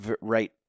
right